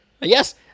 Yes